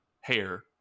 hair